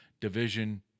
division